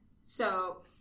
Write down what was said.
So-